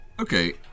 Okay